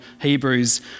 Hebrews